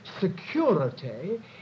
security